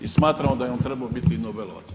I smatramo da je on trebao biti Nobelovac.